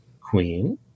queen